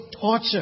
torture